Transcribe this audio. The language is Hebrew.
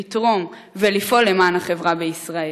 לתרום ולפעול למען החברה בישראל.